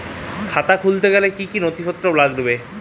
খাতা খুলতে কি কি নথিপত্র লাগবে?